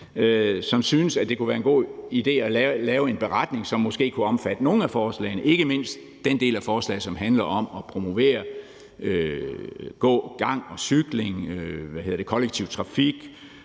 som synes, at det kunne være en god idé at lave en beretning, som måske kunne omfatte nogle af forslagene, ikke mindst den del af forslaget, som handler om at promovere gang og cykling, kollektiv trafik